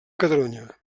catalunya